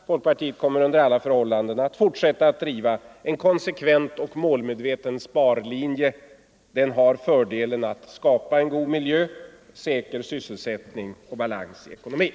Folkpartiet kommer under alla förhållanden att fortsätta att driva en konsekvent och målmedveten sparlinje. Den har fördelen att skapa en god miljö, säker sysselsättning och balans i ekonomin.